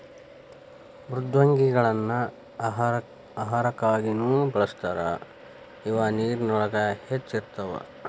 ಮೃದ್ವಂಗಿಗಳನ್ನ ಆಹಾರಕ್ಕಾಗಿನು ಬಳಸ್ತಾರ ಇವ ನೇರಿನೊಳಗ ಹೆಚ್ಚ ಇರತಾವ